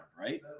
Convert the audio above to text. right